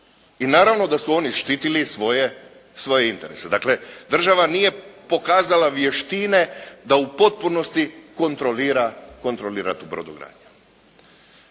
i naravno da su oni štitili svoje interese. Dakle država nije pokazala vještine da u potpunosti kontrolira tu brodogradnju.